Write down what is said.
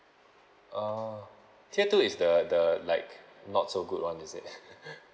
oh tier two is the the like not so good one is it